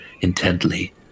intently